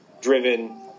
driven